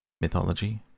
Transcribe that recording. Mythology